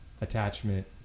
attachment